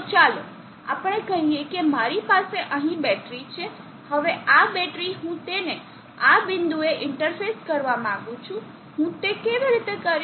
તો ચાલો આપણે કહીએ કે મારી પાસે અહીં બેટરી છે હવે આ બેટરી હું તેને આ બિંદુએ ઇન્ટરફેસ કરવા માંગું છું હું તે કેવી રીતે કરીશ